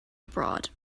abroad